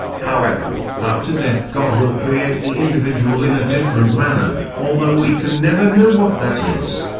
however, after death god will create the individual in a different manner, although we can never know what that is.